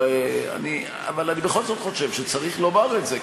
אבל אני בכל זאת חושב שצריך לומר את זה,